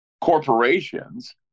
corporations